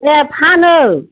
ए फानो